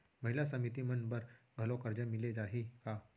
महिला समिति मन बर घलो करजा मिले जाही का?